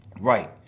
Right